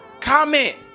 comment